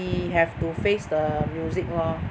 he have to face the music lor